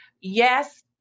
yes